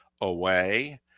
away